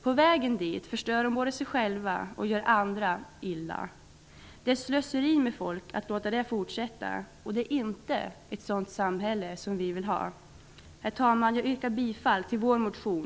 På vägen dit både förstör de sig själva och gör andra illa. Det är slöseri med folk att låta det fortsätta, och det är inte ett sådant samhälle som vi vill ha. Herr talman! Jag yrkar bifall till vår motion